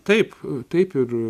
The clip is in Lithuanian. taip taip ir